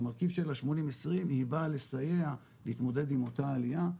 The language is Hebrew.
במרכיב של ה-80-20 היא באה לסייע להתמודד עם אותה עליה,